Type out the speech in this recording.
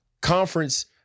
conference